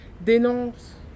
dénonce